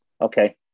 Okay